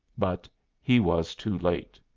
but he was too late.